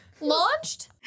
Launched